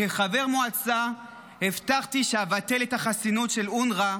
כחבר מועצה הבטחתי שאבטל את החסינות של אונר"א,